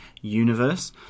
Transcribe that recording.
universe